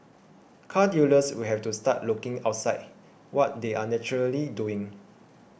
car dealers will have to start looking outside what they are naturally doing